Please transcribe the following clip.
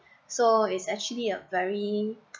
so is actually a very